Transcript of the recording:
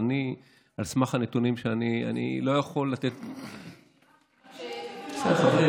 על סמך הנתונים שלי, אני לא יכול לתת, זאת התשובה.